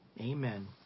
Amen